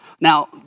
Now